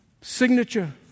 signature